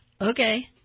okay